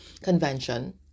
convention